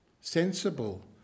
Sensible